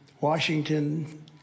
Washington